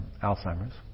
Alzheimer's